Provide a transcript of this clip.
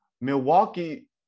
Milwaukee